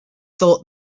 thought